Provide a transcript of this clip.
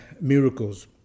miracles